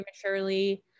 prematurely